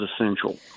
essential